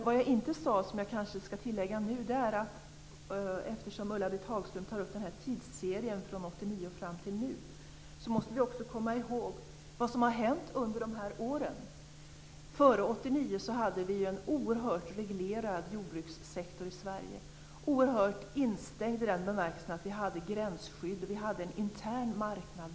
Vad jag inte sade men kanske skall tillägga nu, eftersom Ulla-Britt Hagström tog upp en tidsserie från 1989 och fram till nu, är att vi också måste komma ihåg vad som har hänt under dessa år. Före 1989 hade vi en oerhört reglerad jordbrukssektor i Sverige. Den var synnerligen instängd i den bemärkelsen att vi hade gränsskydd och enbart en intern marknad.